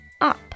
up